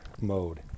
mode